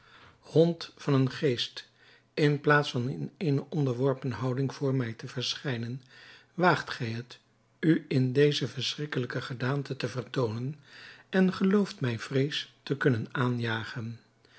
hond van een geest in plaats van in eene onderworpen houding voor mij te verschijnen waagt gij het u in deze verschrikkelijke gedaante te vertoonen en gelooft mij vrees te kunnen aanjagen